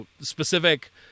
specific